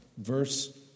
Verse